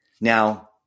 Now